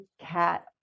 cat